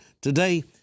Today